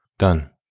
Done